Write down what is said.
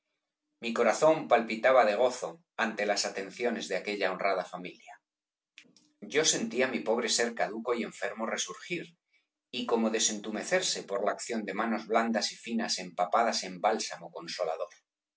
mi corazón palpitaba de gozo ante las tropiquillos atenciones de aquella honrada familia yo sentía mi pobre ser caduco y enfermo resurgir y como desentumecerse por la acción de manos blandas y finas empapadas en bálsamo censolador